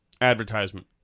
advertisement